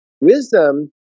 Wisdom